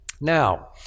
Now